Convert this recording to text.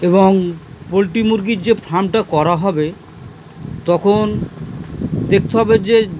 এবং পোলট্রি মুরগির যে ফার্মটা করা হবে তখন দেখতে হবে যে